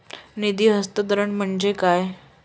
निधी हस्तांतरण म्हणजे काय?